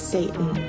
Satan